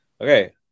Okay